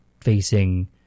facing